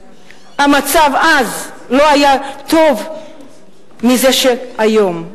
והמצב אז גם לא היה טוב מזה של היום.